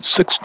Six